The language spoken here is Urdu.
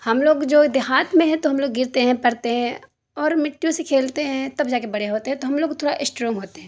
ہم لوگ جو دیہات میں ہیں تو ہم لوگ گرتے پڑتے ہیں اور مٹیوں سے کھیلتے ہیں تب جا کے بڑے ہوتے ہیں تو ہم لوگ تھوڑا اسٹرانگ ہوتے ہیں